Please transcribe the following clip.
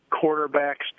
quarterback's